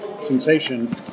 sensation